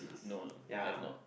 no I've not